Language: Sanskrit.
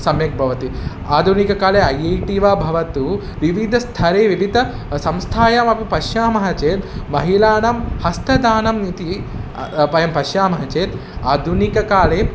सम्यक् भवति आधुनिककाले ऐ ऐ टि वा भवतु विविधस्थले विविध संस्थायामपि पश्यामः चेत् महिलानां हस्तदानम् इति वयं पश्यामः चेत् आधुनिककाले